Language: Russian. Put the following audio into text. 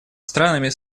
странами